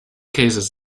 cases